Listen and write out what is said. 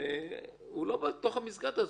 והוא לא בתוך המסגרת הזאת.